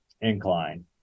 incline